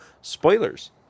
spoilers